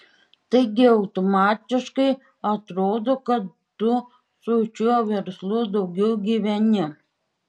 taigi automatiškai atrodo kad tu su šiuo verslu daugiau gyveni